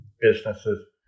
businesses